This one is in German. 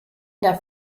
der